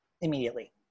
immediately